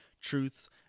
truths